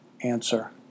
answer